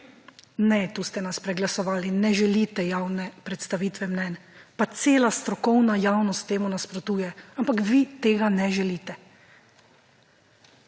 Ne, tu ste nas preglasovali, ne želite javne predstavitve mnenj, pa cela strokovna javnost temu nasprotuje, ampak vi tega ne želite.